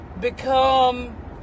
become